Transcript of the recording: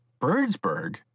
Birdsburg